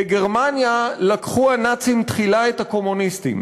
בגרמניה לקחו הנאצים תחילה את הקומוניסטים/